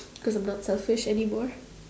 cause I'm not selfish anymore